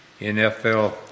NFL